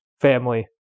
family